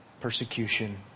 persecution